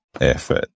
effort